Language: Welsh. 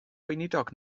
weinidog